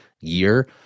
year